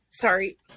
Sorry